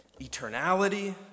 Eternality